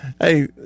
Hey